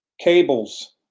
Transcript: cables